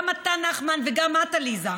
גם אתה נחמן וגם את עליזה,